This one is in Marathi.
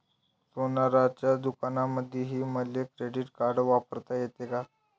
सोनाराच्या दुकानामंधीही मले क्रेडिट कार्ड वापरता येते का?